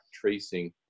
tracing